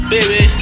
Baby